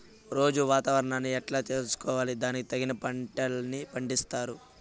రోజూ వాతావరణాన్ని ఎట్లా తెలుసుకొని దానికి తగిన పంటలని పండిస్తారు?